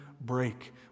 break